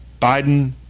Biden